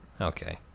Okay